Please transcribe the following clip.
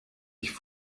ich